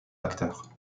acteur